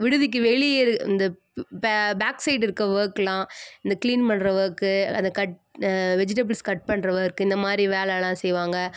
விடுதிக்கு வெளியே இருக்க இந்த பேக் சைடு இருக்க ஒர்க்குலாம் இந்த க்ளீன் பண்ணுற ஒர்க்கு அந்த கட் வெஜிடபிள்ஸ் கட் பண்ணுற ஒர்க்கு இந்தமாதிரி வேலைலாம் செய்வாங்க